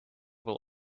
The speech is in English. will